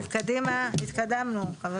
טוב, קדימה, התקדמנו.